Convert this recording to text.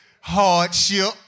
Hardship